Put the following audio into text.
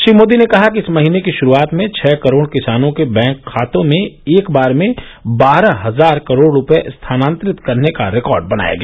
श्री मोदी ने कहा कि इस महीने की शुरूआत में छह करोड़ किसानों के बैंक खातों में एक बार में बारह हजार करोड़ रूपये स्थानांतरित करने का रिकॉर्ड बनाया गया